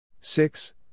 six